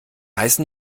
heißen